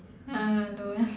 uh don't